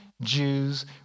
Jews